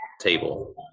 table